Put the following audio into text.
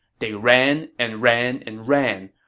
they ran and ran and ran,